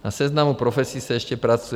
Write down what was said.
Na seznamu profesí se ještě pracuje.